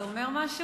זה אומר משהו?